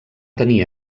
tenir